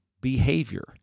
behavior